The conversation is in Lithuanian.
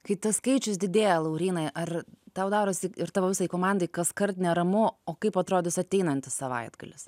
kai tas skaičius didėja laurynai ar tau darosi ir tavo visai komandai kaskart neramu o kaip atrodys ateinantis savaitgalis